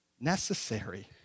necessary